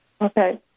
Okay